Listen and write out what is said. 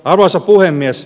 arvoisa puhemies